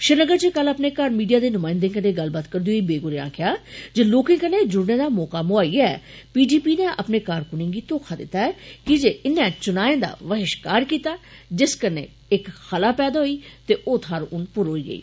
श्रीनगर च केल अपने घर मीडिया दे नुमायन्दे कन्नै गल्लबात करदे होई वेग होरे आक्खेआ जे लोके कन्नै जुड़ने दा मौका मोआहियै पी डी पी ने अपने कारकूनें गी घोखा दिता ऐ कीजे इनें चूनाए दा बहिष्कार कीता जिस कन्नै खलाः पैदा होई ते ओ थाहर हून पुर होई गेई